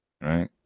Right